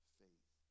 faith